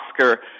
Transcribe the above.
Oscar